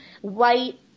White